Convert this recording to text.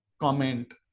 comment